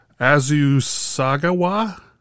Azusagawa